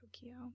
Tokyo